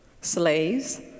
Slaves